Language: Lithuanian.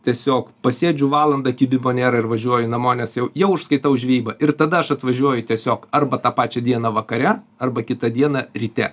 tiesiog pasėdžiu valandą kibimo nėra ir važiuoju namo nes jau jau užskaitau žvejybą ir tada aš atvažiuoju tiesiog arba tą pačią dieną vakare arba kitą dieną ryte